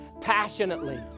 passionately